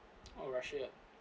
oh russia